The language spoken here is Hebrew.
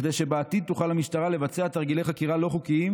כדי שבעתיד תוכל המשטרה לבצע תרגילי חקירה לא חוקיים,